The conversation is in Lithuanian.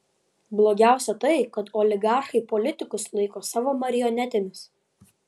blogiausia tai kad oligarchai politikus laiko savo marionetėmis